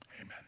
amen